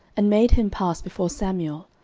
and made him pass before samuel.